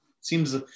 seems